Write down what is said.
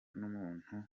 n’umuntu